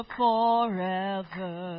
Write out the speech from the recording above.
forever